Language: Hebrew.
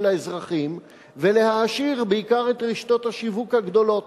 האזרחים ולהעשיר בעיקר את רשתות השיווק הגדולות.